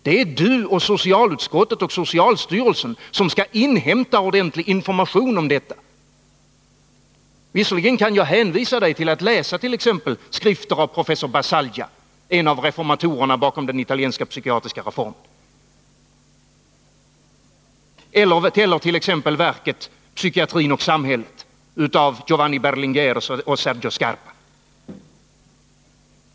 Det är Gabriel Romanus, socialutskottet och socialstyrelsen som skall inhämta ordentlig information om detta — men jag kan hänvisa er till att läsa t.ex. skrifter av professor Bassaglia, en av reformatorerna bakom den italienska psykiatriska reformen, ellert.ex. verket Psykiatrin och samhället av Giovanni Berlinguer och Sergio Scarpa.